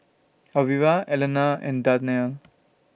Alvira Allena and Darnell